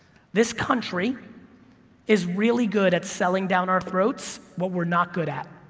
this country is really good at selling down our throats what we're not good at.